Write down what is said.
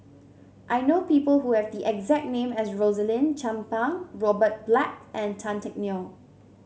I know people who have the exact name as Rosaline Chan Pang Robert Black and Tan Teck Neo